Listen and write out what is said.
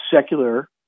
secular